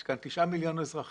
יש כאן 9 מיליון אזרחים,